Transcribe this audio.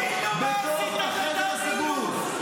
בתוך החדר הסגור.